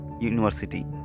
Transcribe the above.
University